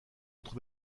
autre